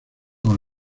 con